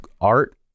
art